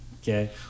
Okay